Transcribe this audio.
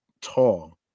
tall